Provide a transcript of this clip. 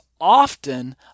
often